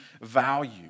value